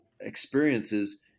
experiences